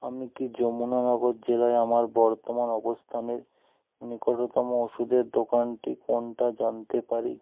আমি কি যমুনানগর জেলায় আমার বর্তমান অবস্থানের নিকটতম ওষুধের দোকানটি কোনটা জানতে পারি